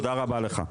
תודה רבה לך.